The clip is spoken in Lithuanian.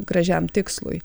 gražiam tikslui